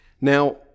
Now